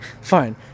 fine